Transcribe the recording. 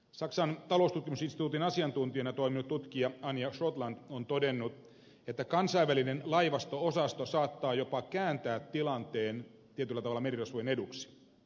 saksan taloustutkimusinstituutin asiantuntijana toiminut tutkija anja shortland on todennut että kansainvälinen laivasto osasto saattaa jopa kääntää tilanteen tietyllä tavalla merirosvojen eduksi